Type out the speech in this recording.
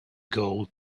gold